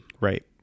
Right